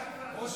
הסיעה, בבקשה.